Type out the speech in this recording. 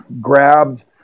grabbed